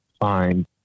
find